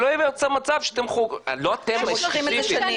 שלא ייווצר מצב שאתם לא אתם ספציפיים --- הם 30 שנה.